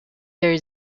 their